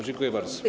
Dziękuję bardzo.